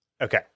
Okay